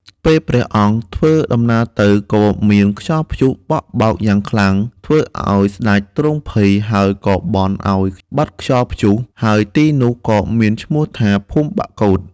ពេលព្រះអង្គធ្វើដំណើរទៅ ក៏មានខ្យល់ព្យុះបោកបក់យ៉ាងខ្លាំង ធ្វើឱ្យស្តេចទ្រង់ភ័យ ហើយក៏បន់ឲ្យបាត់ខ្យល់ព្យុះ ហើយទីនោះក៏មានឈ្មោះថា ភូមិបាក់កូត។